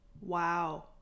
Wow